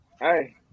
hey